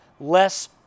less